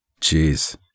Jeez